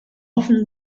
often